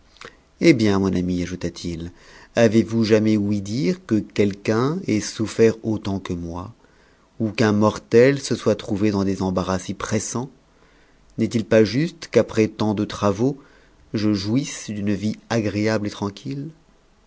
hé bien mon ami ajouta avez-vous jamais ouï dire que quoiqu'un ait souffert autant que moi ou qu'un mortel se soit trouvé dans des embarras si pressants n'est-il t s juste qu'après tant de travaux je jouisse d'une vie agréable et trantm